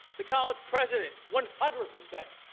the college president, one hundred percent.